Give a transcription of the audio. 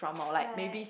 right